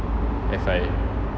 F_I